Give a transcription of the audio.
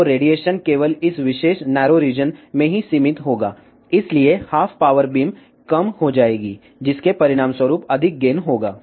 तो रेडिएशन केवल इस विशेष नैरो रीजन में ही सीमित होगा इसलिए हाफ पावर बीम कम हो जाएगी जिसके परिणामस्वरूप अधिक गेन होगा